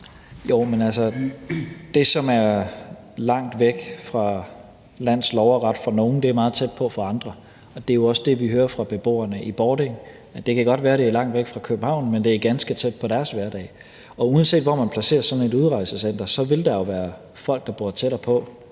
som er langt væk fra lands lov og ret for nogle, er meget tæt på for andre, og det er jo også det, vi hører fra beboerne i Bording, altså at det godt kan være, at det er langt væk fra København, men at det er ganske tæt på deres hverdag. Og uanset hvor man placerer sådan et udrejsecenter, vil der jo være folk, der bor tættere på